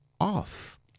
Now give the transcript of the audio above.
off